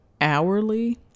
hourly